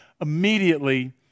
immediately